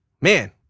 man